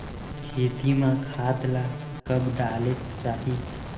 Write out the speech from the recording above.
खेती म खाद ला कब डालेक चाही?